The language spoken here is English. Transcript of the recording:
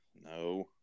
No